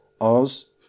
Oz